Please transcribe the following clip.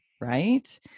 right